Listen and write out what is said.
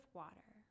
water